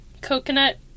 coconut